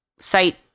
site